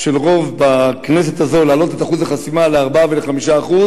של רוב בכנסת הזאת להעלות את אחוז החסימה ל-4% ול-5%,